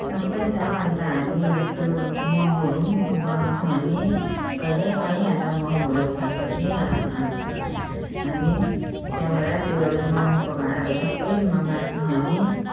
सबै छ अन्त हामी त्यो मोमोहरू पनि बनाउँछौँ हामी कहिलेकाहीँ अन्त मोमोहरू खाएपछि हामी त्यहाँबाट त्यो मोमोको भाँडाहरू सबै माझ्छौँ हामी